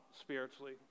spiritually